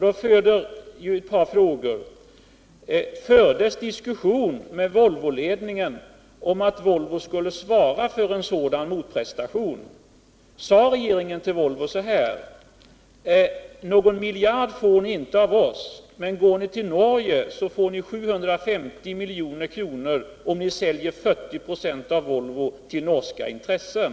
Den föder ett par frågor: Fördes diskussion med Volvoledningen om att Volvo skulle svara för en sådan motprestation? Sade regeringen så här till Volvo: Någon miljard får ni inte av oss, men går ni till Norge, så får ni 750 milj.kr., om ni säljer 40 96 av Volvo till norska intressen?